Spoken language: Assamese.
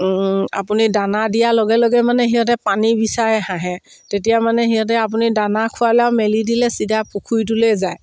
আপুনি দানা দিয়াৰ লগে লগে মানে সিহঁতে পানী বিচাৰে হাঁহে তেতিয়া মানে সিহঁতে আপুনি দানা খোৱালে আৰু মেলি দিলে চিধা পুখুৰীটোলৈ যায়